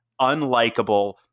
unlikable